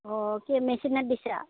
অ' কি মেচিনত দিছা